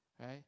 right